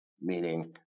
meaning